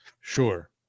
Sure